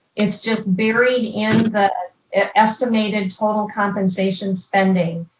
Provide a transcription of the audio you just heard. it's just buried in the estimated total compensation spending,